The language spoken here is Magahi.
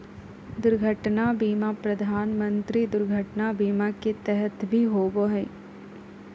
दुर्घटना बीमा प्रधानमंत्री दुर्घटना बीमा के तहत भी होबो हइ